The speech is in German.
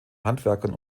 handwerkern